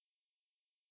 அப்டியா:apdiyaa